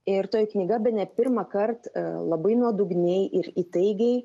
ir toji knyga bene pirmąkart labai nuodugniai ir įtaigiai